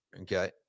okay